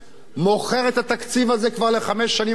מוכר את התקציב הזה כבר לחמש השנים הבאות,